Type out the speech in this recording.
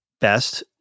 best